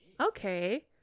Okay